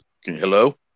Hello